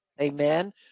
Amen